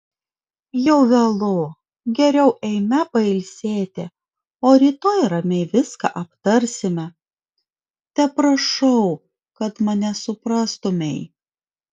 jau vėlu geriau eime pailsėti o rytoj ramiai viską aptarsime teprašau kad mane suprastumei